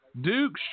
Duke